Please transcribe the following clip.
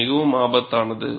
இது மிகவும் ஆபத்தானது